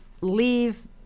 leave